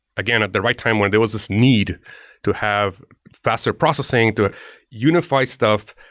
again, at the right time when there was this need to have faster processing to unify stuff,